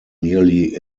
nearly